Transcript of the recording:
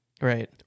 Right